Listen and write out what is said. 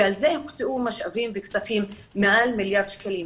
ולזה הוקצו משאבים וכספים של מעל מיליארד שקלים.